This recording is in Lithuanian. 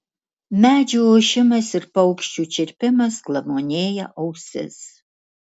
medžių ošimas ir paukščių čirpimas glamonėja ausis